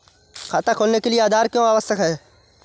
खाता खोलने के लिए आधार क्यो आवश्यक है?